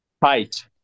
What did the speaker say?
Fight